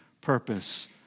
purpose